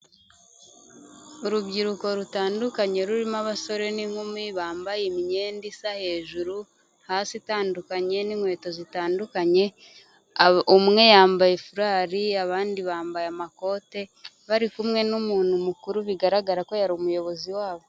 Urubyiruko rutandukanye rurimo abasore n'inkumi bambaye imyenda isa hejuru hasi itandukanye n'inkweto zitandukanye, umwe yambaye furari abandi bambaye amakote, bari kumwe n'umuntu mukuru bigaragara ko yari umuyobozi wabo.